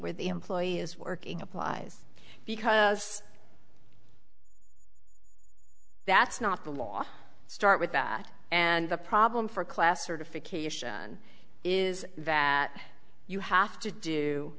where the employee is working applies because that's not the law start with that and the problem for class certification is that you have to do